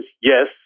yes